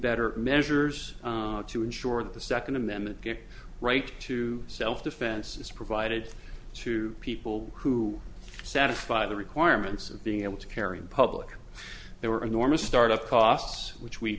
better measures to ensure that the second amendment get right to self defense is provided to people who satisfy the requirements of being able to carry in public there were enormous start up costs which we